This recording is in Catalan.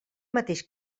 mateix